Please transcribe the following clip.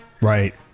Right